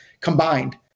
combined